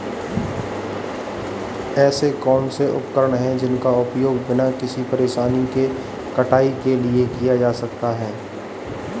ऐसे कौनसे उपकरण हैं जिनका उपयोग बिना किसी परेशानी के कटाई के लिए किया जा सकता है?